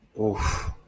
Oof